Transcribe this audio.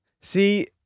See